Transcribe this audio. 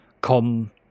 come